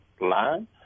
line